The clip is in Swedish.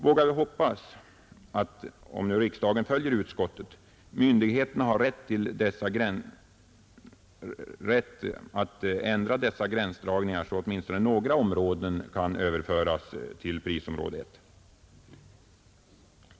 Vågar vi hoppas att — om nu riksdagen följer utskottet — myndigheterna får rätt att ändra dessa gränsdragningar, så att åtminstone några områden kan överföras till prisområde I?